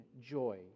joy